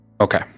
Okay